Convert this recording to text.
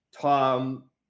Tom